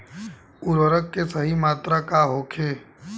उर्वरक के सही मात्रा का होखे?